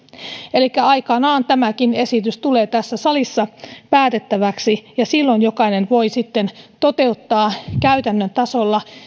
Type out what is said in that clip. elikkä aikanaan tämäkin esitys tulee tässä salissa päätettäväksi ja silloin jokainen voi sitten osoittaa käytännön tasolla